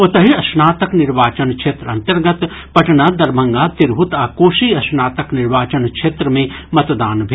ओतहि स्नातक निर्वाचन क्षेत्र अन्तर्गत पटना दरभंगा तिरहुत आ कोसी स्नातक निर्वाचन क्षेत्र मे मतदान भेल